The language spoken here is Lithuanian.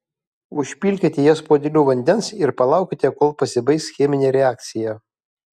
užpilkite jas puodeliu vandens ir palaukite kol pasibaigs cheminė reakcija